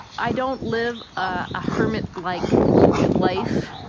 i don't live a hermit like it life.